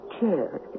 chair